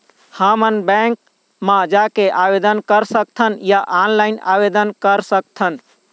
हमन बैंक मा जाके आवेदन कर सकथन या ऑनलाइन आवेदन कर सकथन?